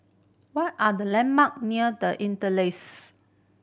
what are the landmark near The Interlace